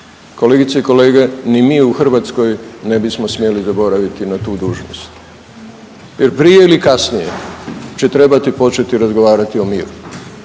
kolegice i kolege, ni mi u Hrvatskoj ne bismo smjeli zaboraviti na tu dužnost jer prije ili kasnije će trebati početi razgovarati o miru.